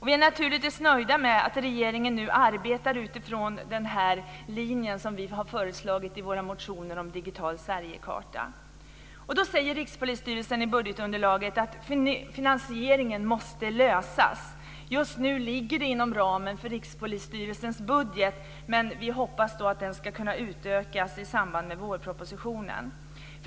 Vi är naturligtvis nöjda med att regeringen nu arbetar utifrån den linje som vi har föreslagit i våra motioner om digital Nu säger Rikspolisstyrelsen i budgetunderlaget att finansieringen måste lösas. Just nu ligger detta inom ramen för Rikspolisstyrelsens budget, men vi hoppas att den ska kunna utökas i samband med vårpropositionen.